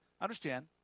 understand